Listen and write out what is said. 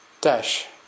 Dash